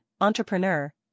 entrepreneur